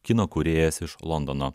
kino kūrėjas iš londono